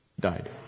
died